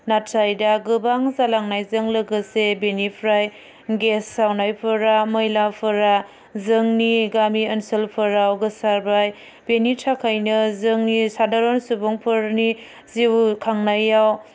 नाथाय दा गोबां जालांनायजों लोगोसे बेनिफ्राय गेस सावनायफोरा मैलाफोरा जोंनि गामि ओनसोलफोराव गोसारबाय बेनि थाखायनो जोंनि सादारन सुबुंफोरनि जिउ खांनायाव